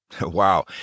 Wow